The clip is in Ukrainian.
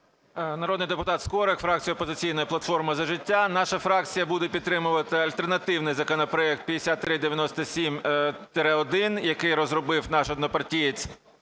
Народний депутат Скорик, фракція "Опозиційна платформа – За життя". Наша фракція буде підтримувати альтернативний законопроект 5397-1, який розробив наш однопартієць